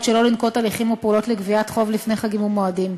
שלא לנקוט הליכים או פעולות לגביית חוב לפני חגים ומועדים.